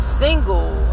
single